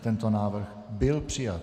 Tento návrh byl přijat.